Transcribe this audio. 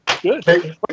Good